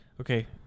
Okay